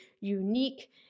unique